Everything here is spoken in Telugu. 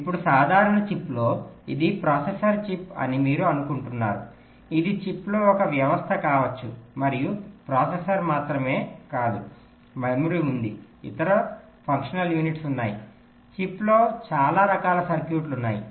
ఇప్పుడు సాధారణ చిప్లో ఇది ప్రాసెసర్ చిప్ అని మీరు అనుకుంటున్నారు ఇది చిప్లో ఒక వ్యవస్థ కావచ్చు మరియు ప్రాసెసర్ మాత్రమే కాదు మెమరీ ఉంది ఇతర ఫంక్షనల్ యూనిట్లు ఉన్నాయి చిప్లో చాలా రకాల సర్క్యూట్లు ఉన్నాయి